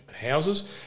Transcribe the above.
houses